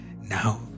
Now